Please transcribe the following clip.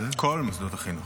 כל מוסדות החינוך.